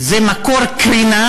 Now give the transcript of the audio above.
זה מקור קרינה